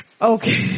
Okay